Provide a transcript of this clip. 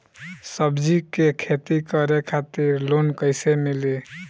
सब्जी के खेती करे खातिर लोन कइसे मिली?